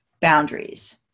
boundaries